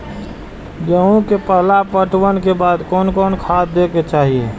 गेहूं के पहला पटवन के बाद कोन कौन खाद दे के चाहिए?